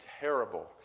terrible